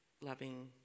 loving